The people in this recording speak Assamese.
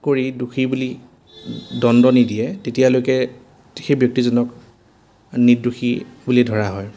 কৰি দোষী বুলি দ্বণ্ড নিদিয়ে তেতিয়ালৈকে সেই ব্যক্তিজনক নিৰ্দোষী বুলিয়ে ধৰা হয়